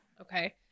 Okay